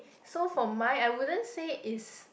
so for mine I wouldn't say it's